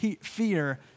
fear